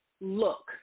look